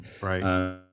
Right